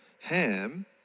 Ham